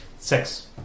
Six